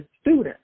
students